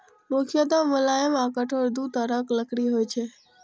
मुख्यतः मुलायम आ कठोर दू तरहक लकड़ी होइ छै